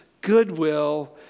goodwill